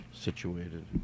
situated